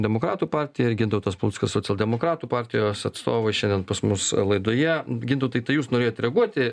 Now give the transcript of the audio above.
demokratų partija ir gintautas paluckas socialdemokratų partijos atstovai šiandien pas mus laidoje gintautai tai jūs norėjot reaguoti